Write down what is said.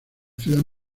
ciudad